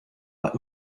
but